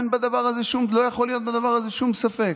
לא יכול להיות בדבר הזה שום ספק.